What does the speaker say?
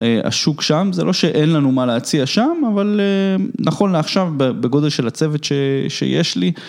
השוק שם זה לא שאין לנו מה להציע שם, אבל נכון לעכשיו בגודל של הצוות שיש לי.